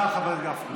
תודה, חבר הכנסת גפני.